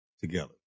together